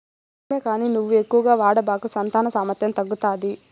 నిజమే కానీ నువ్వు ఎక్కువగా వాడబాకు సంతాన సామర్థ్యం తగ్గుతాది